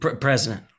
president